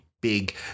big